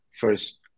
first